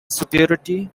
superiority